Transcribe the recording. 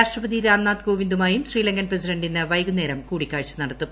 രാഷ്ട്രപതി രാംനാഥ് കോവിന്ദുമായും ശ്രീലങ്കൻ പ്രസിഡന്റ് ഇന്ന് വൈകുന്നേരം കൂടിക്കാഴ്ച നടത്തും